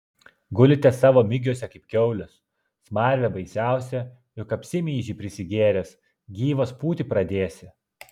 gulite savo migiuose kaip kiaulės smarvė baisiausia juk apsimyži prisigėręs gyvas pūti pradėsi